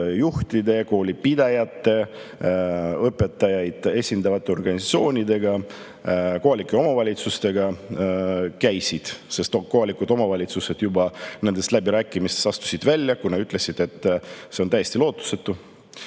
ja koolipidajate, õpetajaid esindavate organisatsioonidega. Kohalike omavalitsustega käisid, sest kohalikud omavalitsused astusid juba nendest läbirääkimistest välja, kuna ütlesid, et see on täiesti lootusetu.